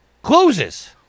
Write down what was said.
closes